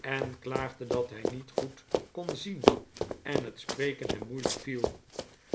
en klaagde dat hij niet goed kon zien en het spreken hem moeilijk viel